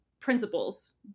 principles